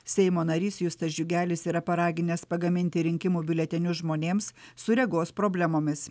seimo narys justas džiugelis yra paraginęs pagaminti rinkimų biuletenius žmonėms su regos problemomis